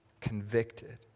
convicted